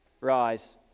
Rise